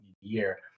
year